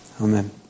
Amen